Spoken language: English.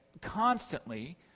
constantly